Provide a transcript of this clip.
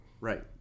Right